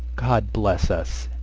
god bless us,